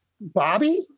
Bobby